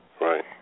right